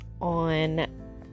on